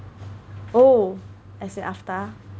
oh as in Aftar